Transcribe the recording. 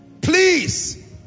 Please